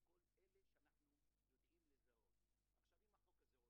אולי הם יכולים לפרט על הדברים האלה גם אישור